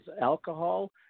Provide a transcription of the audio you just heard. alcohol